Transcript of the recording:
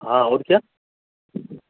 ہاں اور کیا